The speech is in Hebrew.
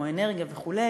כמו אנרגיה וכו'